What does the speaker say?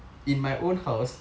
in my own house